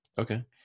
Okay